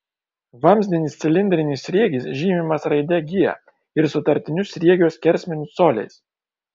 vamzdinis cilindrinis sriegis žymimas raide g ir sutartiniu sriegio skersmeniu coliais